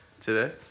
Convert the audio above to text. today